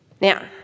Now